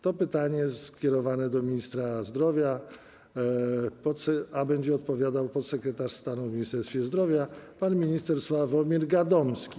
To pytanie zostało skierowane do ministra zdrowia, a będzie odpowiadał podsekretarz stanu w Ministerstwie Zdrowia pan minister Sławomir Gadomski.